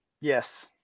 yes